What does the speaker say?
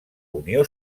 unió